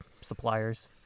suppliers